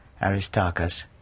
Aristarchus